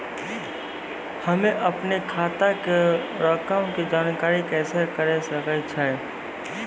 हम्मे अपनो खाता के रकम के जानकारी कैसे करे सकय छियै?